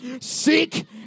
seek